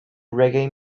reggae